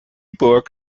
burg